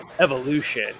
evolution